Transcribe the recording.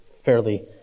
Fairly